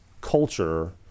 culture